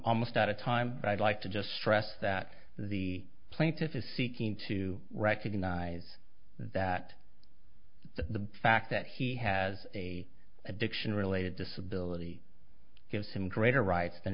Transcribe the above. almost out of time but i'd like to just stress that the plaintiff is seeking to recognize that the fact that he has a addiction related disability gives him greater rights than